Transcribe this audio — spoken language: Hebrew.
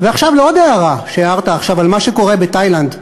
ועכשיו לעוד הערה שהערת עכשיו על מה שקורה בתאילנד,